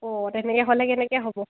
অঁ তেনেকে হ'লে কেনেকে হ'ব